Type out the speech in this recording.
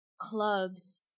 clubs